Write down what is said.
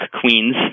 Queens